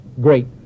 great